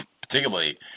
Particularly